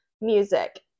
music